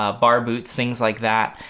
ah bar boots things like that.